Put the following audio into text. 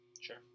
Sure